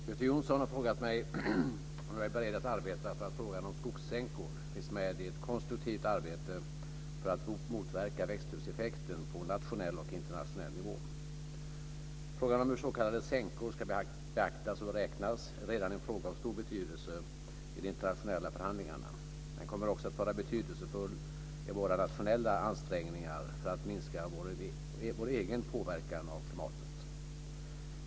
Fru talman! Göte Jonsson har frågat mig om jag är beredd att arbeta för att frågan om skogssänkor finns med i ett konstruktivt arbete för att motverka växthuseffekten på nationell och internationell nivå. Frågan om hur s.k. sänkor ska beaktas och räknas är redan en fråga av stor betydelse i de internationella förhandlingarna. Den kommer också att vara betydelsefull i våra nationella ansträngningar för att minska vår egen påverkan på klimatet.